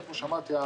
וכמו שאמרתי,